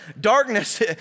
darkness